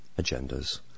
agendas